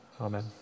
Amen